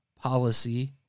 policy